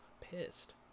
pissed